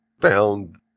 found